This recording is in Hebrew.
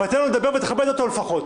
אבל תן לו לדבר ותכבד אותו לפחות.